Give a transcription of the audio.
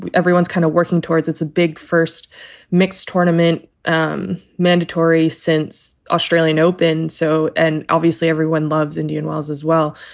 but everyone's kind of working towards. it's a big first mixed tournament um mandatory since australian open. so and obviously everyone loves indian wells as well.